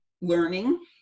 learning